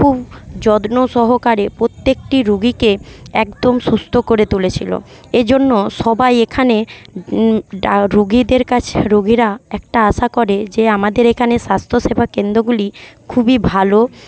খুব যত্ন সহকারে প্রত্যেকটি রুগীকে একদম সুস্থ করে তুলেছিলো এজন্য সবাই এখানে রুগীদের কাছে রুগীরা একটা আশা করে যে আমাদের এখানে স্বাস্থ্য সেবাকেন্দ্রগুলি খুবই ভালো